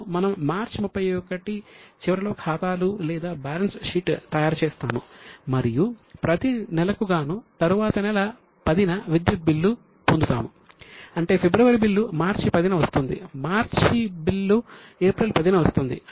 ఇప్పుడు మనము మార్చి 31 చివరిలో ఖాతాలు లేదా బ్యాలెన్స్ షీట్ తయారుచేస్తాము మరియు ప్రతి నెలకు గాను తరువాత నెల 10 న విద్యుత్ బిల్లు పొందుతాము అంటే ఫిబ్రవరి బిల్లు మార్చి 10 న వస్తుంది మార్చి బిల్లు ఏప్రిల్ 10 న వస్తుంది